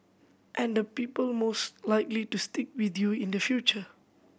and the people most likely to stick with you in the future